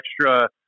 extra